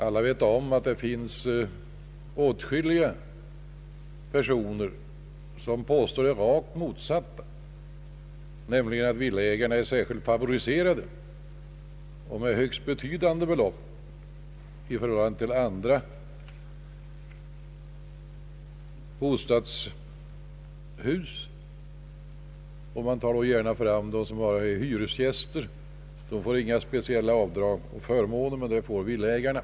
Alia vet att det finns åtskilliga personer som påstår det rakt motsatta, nämligen att villaägarna är särskilt favoriserade med högst betydande belopp i förhållande till dem som bor i andra bostadshus, och man anför då gärna som exempel dem som bara är hyresgäster. De får inga speciella avdrag och förmåner, men det får villaägarna.